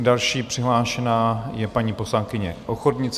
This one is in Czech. Další přihlášená je paní poslankyně Ochodnická.